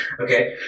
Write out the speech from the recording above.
okay